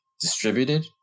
distributed